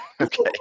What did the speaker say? Okay